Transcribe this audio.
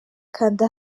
kanda